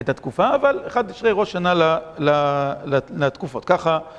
את התקופה, אבל אחד תשרי ראש שנה ל... ל... ל.... לתקופות. ככה...